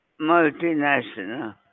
multinational